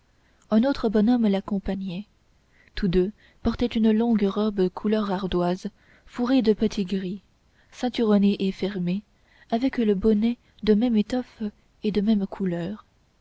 un autre homme l'accompagnait tous deux portaient une longue robe couleur ardoise fourrée de petit gris ceinturonnée et fermée avec le bonnet de même étoffe et de même couleur